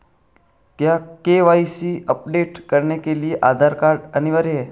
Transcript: क्या KYC update करने के लिए आधार कार्ड अनिवार्य है?